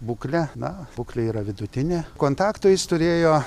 būklė na būklė yra vidutinė kontakto jis turėjo